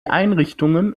einrichtungen